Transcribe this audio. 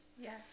Yes